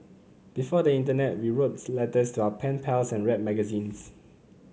before the internet we wrote letters to our pen pals and read magazines